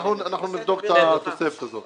-- אנחנו נבדוק את התוספת הזאת.